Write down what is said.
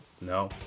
No